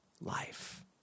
life